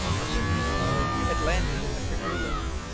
and would be sorry you had landed in the kerguelens.